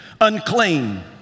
unclean